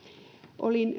olin